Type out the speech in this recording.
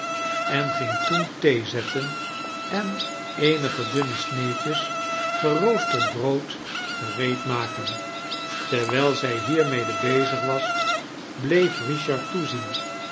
en ging toen thee zetten en eenige dunne sneedjes geroosterd brood gereedmaken terwijl zij hiermede bezig was bleef richard toezien